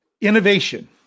Innovation